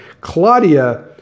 Claudia